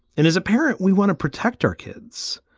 and as a parent, we want to protect our kids.